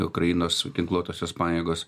ukrainos ginkluotosios pajėgos